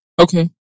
Okay